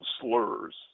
slurs